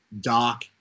Doc